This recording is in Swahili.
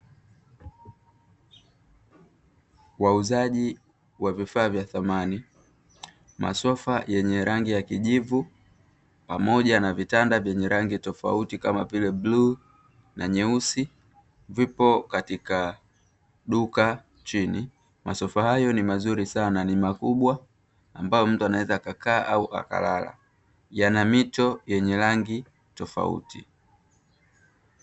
Wauzaji wa vifaa vya samani masofa yenye rangi ya kijivu pamoja na vitanda vyenye rangi tofauti kama vile, bluu na nyeusi vipo katika duka chini. Masofa hayo ni mazuri sana ni makubwa ambayo mtu anaweza akakaa au kulala yana mito yenye rangi tofauti.